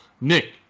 Nick